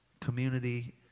community